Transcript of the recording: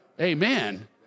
Amen